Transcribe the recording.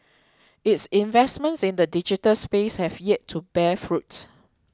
its investments in the digital space have yet to bear fruit